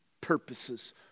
purposes